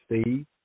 Steve